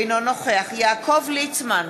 אינו נוכח יעקב ליצמן,